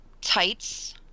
tights